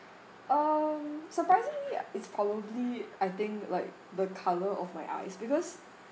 um surprisingly it's probably I think like the colour of my eyes because